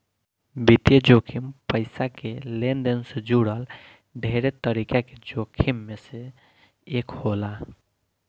वित्तीय जोखिम पईसा के लेनदेन से जुड़ल ढेरे तरीका के जोखिम में से एक होला